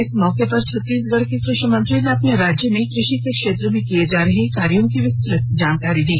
इस मौके पर छत्तीसगढ़ के कृषि मंत्री ने अपने राज्य में कृषि के क्षेत्र में किए जा रहे कार्यों की विस्तृत जानकारी दी